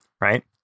right